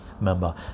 member